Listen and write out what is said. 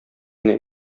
генә